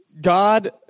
God